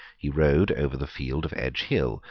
he rode over the field of edgehill,